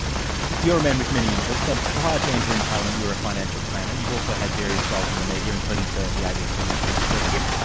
you're a man with many interests. prior to entering parliament you were a financial planner. you've also had various roles in the media including for the abc and channel seven.